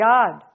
God